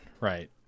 right